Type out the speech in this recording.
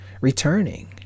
Returning